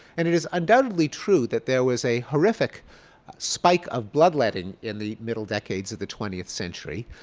and it is undoubtedly true that there was a horrific spike of blood letting in the middle decades of the twentieth century.